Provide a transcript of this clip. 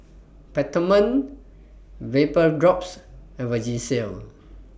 Peptamen Vapodrops and Vagisil